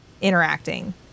interacting